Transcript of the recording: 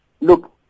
Look